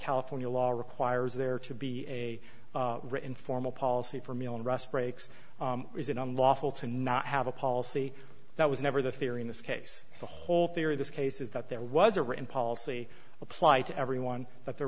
california law requires there to be a written formal policy for meal and rest breaks or is it unlawful to not have a policy that was never the theory in this case the whole theory this case is that there was a written policy apply to everyone but there